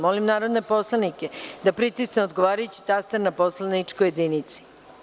Molim narodne poslanike da pritisnu odgovarajući taster na poslaničkoj jedinici.